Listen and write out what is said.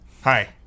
Hi